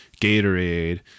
Gatorade